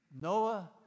Noah